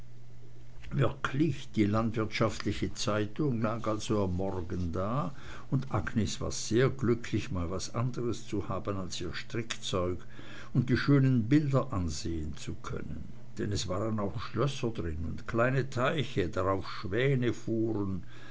wirklich die landwirtschaftliche zeitung lag am andern morgen da und agnes war sehr glücklich mal was andres zu haben als ihr strickzeug und die schönen bilder ansehn zu können denn es waren auch schlösser drin und kleine teiche drauf schwäne fuhren